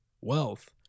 wealth